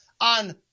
on